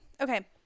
Okay